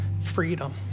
freedom